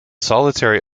solitary